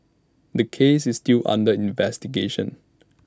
the case is still under investigation